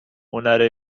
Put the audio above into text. هنر